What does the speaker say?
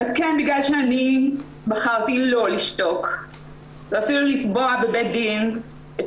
בגלל שאני בחרתי לא לשתוק ואפילו לתבוע בבית דין את